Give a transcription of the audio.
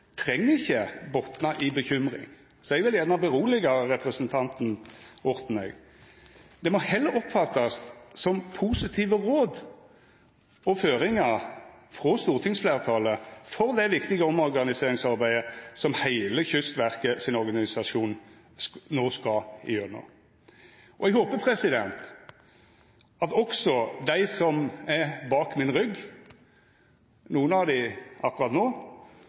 treng botna i uro. Så eg vil gjerne roa representanten Orten. Det må heller oppfattast som positive råd og føringar frå stortingsfleirtalet for det viktige omorganiseringsarbeidet som heile organisasjonen til Kystverket no skal gjennom. Eg håpar at også dei som er bak min rygg – nokre av dei akkurat no